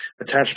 attached